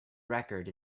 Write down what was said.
record